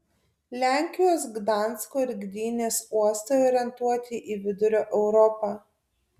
lenkijos gdansko ir gdynės uostai orientuoti į vidurio europą